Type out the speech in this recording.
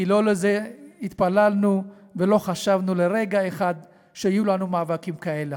כי לא לזה התפללנו ולא חשבנו לרגע אחד שיהיו לנו מאבקים כאלה.